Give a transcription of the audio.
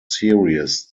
series